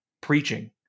preaching